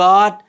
God